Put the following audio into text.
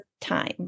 time